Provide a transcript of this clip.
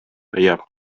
leiab